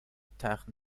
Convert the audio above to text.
تخت